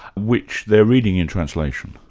which they're reading in translation?